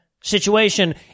situation